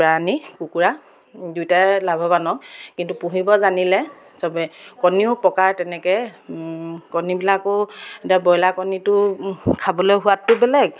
প্ৰাণী কুকুৰা দুয়োটাই লাভৱান কিন্তু পুহিব জানিলে চবেই কণীও প্ৰকাৰ তেনেকৈ কণীবিলাকো এতিয়া ব্ৰইলাৰ কণীটো খাবলৈ সোৱাদটো বেলেগ